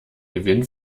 gewinn